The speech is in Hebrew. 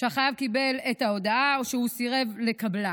שהחייב קיבל את ההודעה או שהוא סירב לקבלה.